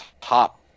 top